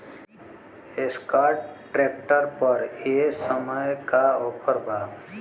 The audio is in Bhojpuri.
एस्कार्ट ट्रैक्टर पर ए समय का ऑफ़र बा?